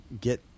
get